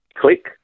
click